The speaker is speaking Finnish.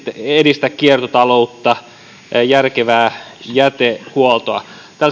edistä kiertotaloutta ja järkevää jätehuoltoa